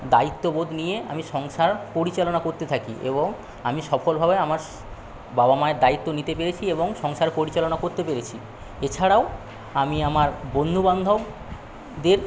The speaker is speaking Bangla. দায়িত্ববোধ নিয়ে আমি সংসার পরিচালনা করতে থাকি এবং আমি সফলভাবে আমার বাবা মায়ের দায়িত্ব নিতে পেরেছি এবং সংসার পরিচালনা করতে পেরেছি এছাড়াও আমি আমার বন্ধুবান্ধবদের